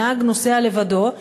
הנהג נוסע לבדו.